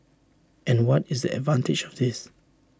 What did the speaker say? and what is the advantage of this